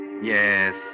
Yes